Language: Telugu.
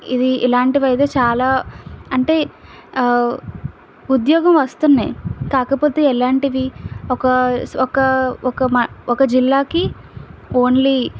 ఇది ఇలాంటివి అయితే చాలా అంటే ఉద్యోగం వస్తున్నాయి కాకపోతే ఎలాంటివి ఒక ఒక ఒక మ ఒక జిల్లాకి ఓన్లీ